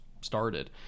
started